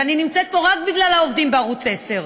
ואני נמצאת פה רק בגלל העובדים בערוץ 10,